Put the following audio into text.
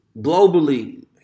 globally